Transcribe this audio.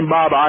Bob